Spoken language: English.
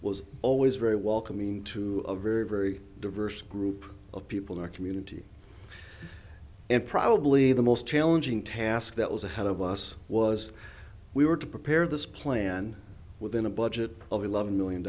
was always very welcoming to a very very diverse group of people in our community and probably the most challenging task that was ahead of us was we were to prepare this plan within a budget of eleven million